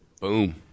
Boom